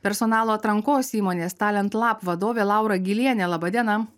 personalo atrankos įmonės talent lab vadovė laura gylienė laba diena